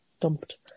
dumped